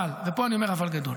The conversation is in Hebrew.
אבל, ופה אני אומר אבל גדול: